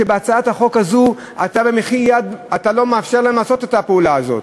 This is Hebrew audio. ובהצעת החוק הזו במחי יד אתה לא מאפשר להם לעשות את הפעולה הזאת.